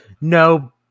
No